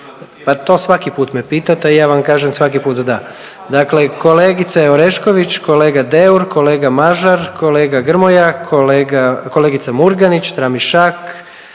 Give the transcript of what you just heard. Pa to svaki put me pitate i ja vam kažem svaki put da. Dakle, kolegica Orešković, kolega Deur, kolega Mažar, kolega Grmoja, kolegica Murganić, Tramišak,